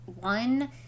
One